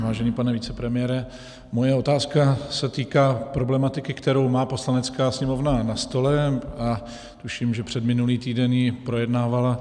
Vážený pane vicepremiére, moje otázka se týká problematiky, kterou má Poslanecká sněmovna na stole, a tuším, že předminulý týden ji projednávala.